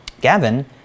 Gavin